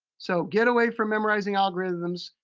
so get away from memorizing algorithms,